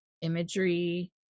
imagery